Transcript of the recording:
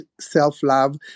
self-love